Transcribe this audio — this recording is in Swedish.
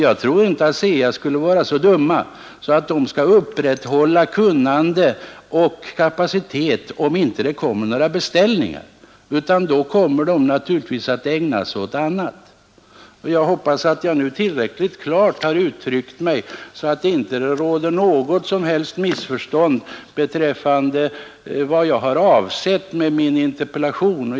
Jag tror inte att man inom ledningen för ASEA är så oklok att man upprätthåller kunnande och kapacitet om det inte kommer några beställningar, utan då kommer man naturligtvis att ägna sig åt någonting annat. Jag hoppas att jag nu har uttryckt mig tillräckligt klart, så att det inte råder något som helst missförstånd beträffande avsikten med min interpellation.